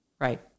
right